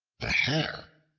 the hare,